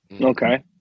Okay